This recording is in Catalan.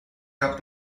cap